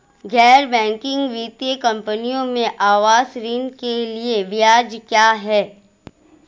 गैर बैंकिंग वित्तीय कंपनियों में आवास ऋण के लिए ब्याज क्या है?